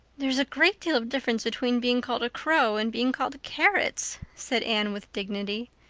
there's a great deal of difference between being called a crow and being called carrots, said anne with dignity.